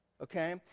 okay